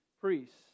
priests